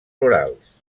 rurals